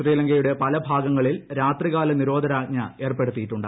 ശ്രീലങ്കയുടെ പലഭാഗ്ഗങ്ങളിൽ രാത്രികാല നിരോധനാജ്ഞ ഏർപ്പെടുത്തിയിട്ടുണ്ട്